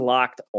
Locked